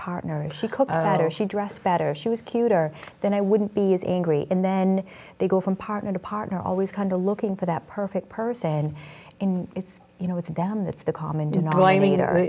better she was cuter then i wouldn't be as angry and then they go from partner to partner always going to looking for that perfect person and it's you know it's down that's the common denominator